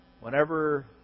whenever